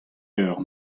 eur